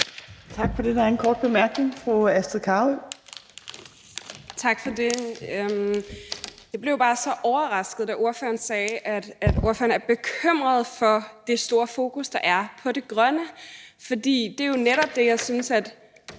Tak for det. Der er en kort bemærkning. Fru Astrid Carøe. Kl. 11:54 Astrid Carøe (SF): Tak for det. Jeg blev bare så overrasket, da ordføreren sagde, at ordføreren er bekymret for det store fokus, der er, på det grønne. For det er jo det, jeg synes